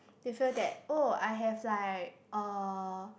they feel that oh I have like uh